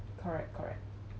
correct correct